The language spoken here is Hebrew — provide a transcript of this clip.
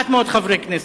חברי כנסת.